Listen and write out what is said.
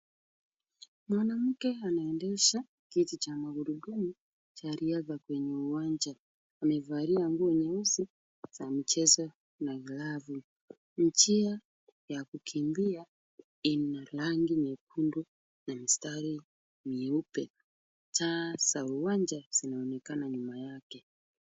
Mwanamke anaendesha kiti cha magurudumu cha riadha kwenye uwanja. Amevalia nguo nyeusi za mchezo na glavu. Njia ya kukimbia ina rangi nyekundu na mistari myeupe, taa za uwanja zinaonekana nyuma yake.